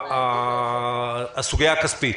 הסוגיה הכספית.